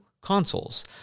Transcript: consoles